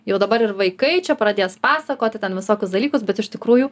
jau dabar ir vaikai čia pradės pasakoti ten visokius dalykus bet iš tikrųjų